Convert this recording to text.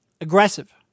aggressive